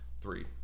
Three